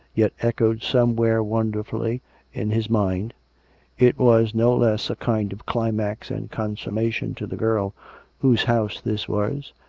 yet echoed somewhere wonderfully in his mind it was no less a kind of climax and consummation to the girl whose house this was,